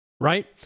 Right